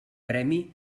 premi